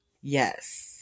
Yes